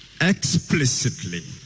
explicitly